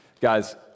Guys